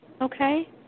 okay